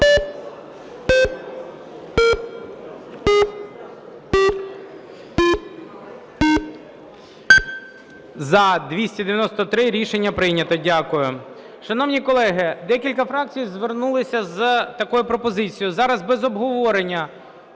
За-293 Рішення прийнято. Дякую. Шановні колеги, декілька фракцій звернулися з такою пропозицією: зараз без обговорення